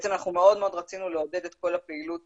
אנחנו מאוד רציני לעודד את כל הפעילות